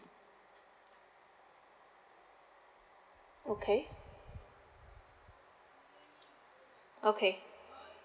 okay okay